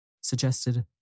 suggested